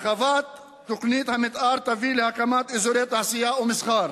הרחבת תוכנית המיתאר תביא להקמת אזורי תעשייה ומסחר